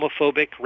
homophobic